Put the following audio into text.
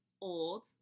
old